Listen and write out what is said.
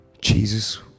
Jesus